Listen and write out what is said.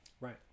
Right